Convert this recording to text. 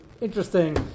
interesting